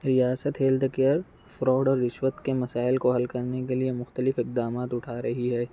ریاست health care fraud اور رشوت کے مسائل کو حل کرنے کے لیے مختلف اقدامات اٹھا رہی ہے